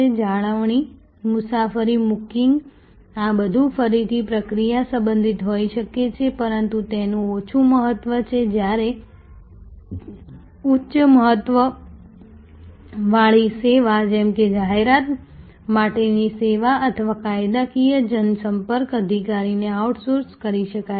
જાળવણી મુસાફરી બુકિંગ આ બધું ફરીથી પ્રક્રિયા સંબંધિત હોઈ શકે છે પરંતુ તેનું ઓછું મહત્વ છે જ્યારે ઉચ્ચ મહત્વ વાળી સેવા જેમ કે જાહેરાત માટેની સેવા અથવા કાયદાકીય જનસંપર્ક અધિકારી ને આઉટસોર્સ કરી શકાય છે